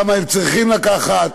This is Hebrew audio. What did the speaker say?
כמה הם צריכים לקחת.